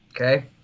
okay